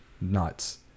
nuts